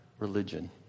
religion